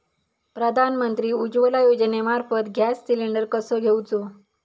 प्रधानमंत्री उज्वला योजनेमार्फत gas cylinder कसो घेऊचो?